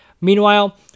Meanwhile